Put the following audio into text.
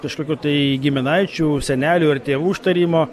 kažkokių tai giminaičių senelių ar tėvų užtarimo